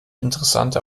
interessante